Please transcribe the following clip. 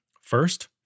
First